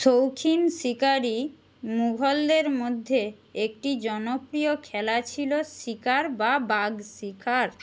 শৌখিন শিকারি মুঘলদের মধ্যে একটি জনপ্রিয় খেলা ছিল শিকার বা বাঘ শিকার